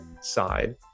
side